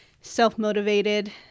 Self-motivated